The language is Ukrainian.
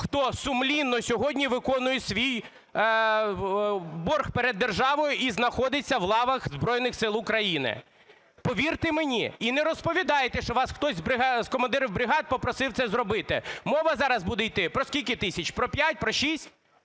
хто сумлінно сьогодні виконує свій борг перед державою і знаходиться в лавах Збройних Сил України. Повірте мені, і не розповідайте, що вас хтось з командирів бригад попросив це зробити, мова зараз буде йти про скільки тисяч? Про 5? Про 6?